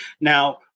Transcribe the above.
Now